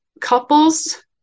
couples